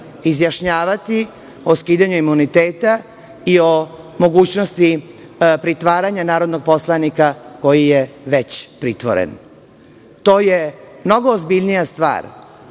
izjašnjavati o skidanju imuniteta i o mogućnosti pritvaranja narodnog poslanika koji je već pritvoren. To je mnogo ozbiljnija stvar